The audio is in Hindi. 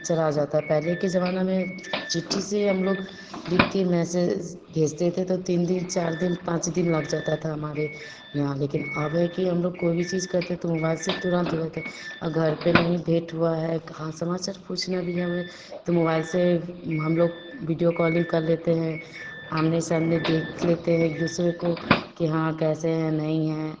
चला जाता है पहले के ज़माने में चिट्टी से हम लोग लिखकर मेसेज भेजते थे तो तीन दिन चार दिन पाँच दिन लग जाता था हमारे यहाँ लेकिन अब है कि हम लोग कोई भी चीज़ करते तो मोबाइल से तुरंत हो जाता है और घर पर नहीं भेंट हुआ है ख़ास समाचार पूछना भी है हमें तो मोबाइल से हम लोग विडिओ कॉलिंग कर लेते हैं आमने सामने देख लेते हैं दूसरों को कि हाँ कैसे हैं नहीं हैं